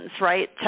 right